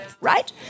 right